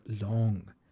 long